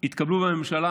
התקבלו בממשלה